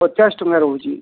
ପଚାଶ ଟଙ୍କା ରହୁଛି